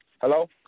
Hello